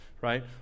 right